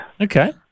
Okay